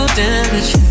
damage